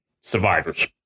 survivors